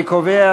אני קובע